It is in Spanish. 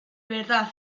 verdad